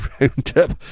roundup